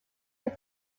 your